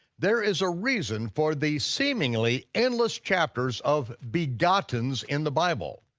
there is a reason for the seemingly endless chapters of begottens in the bible.